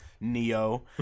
Neo